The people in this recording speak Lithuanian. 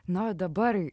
na o dabar